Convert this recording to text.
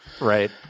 right